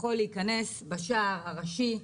יכול להיכנס בשער הראשי,